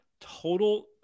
total